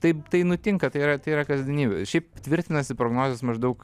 taip tai nutinka tai yra tai yra kasdienybė šiaip tvirtinasi prognozės maždaug